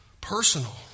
personal